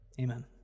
Amen